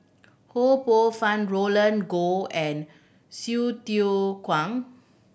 Ho Poh Fun Roland Goh and Hsu Tse Kwang